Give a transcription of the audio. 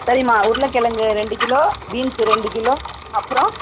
சரிம்மா உருளக்கிலங்கு ரெண்டு கிலோ பீன்ஸ்ஸு ரெண்டு கிலோ அப்புறம்